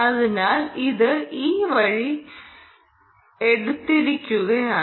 അതിനാൽ ഇത് ഈ വഴി എടുത്തിരിക്കുകയാണ്